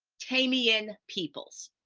tamyen peoples.